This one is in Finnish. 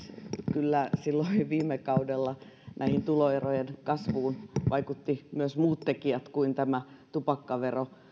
kyllä silloin viime kaudella tuloerojen kasvuun vaikuttivat myös muut tekijät kuin tämä tupakkavero